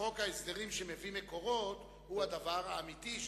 ההסדרים שמביא מקורות הוא הדבר האמיתי.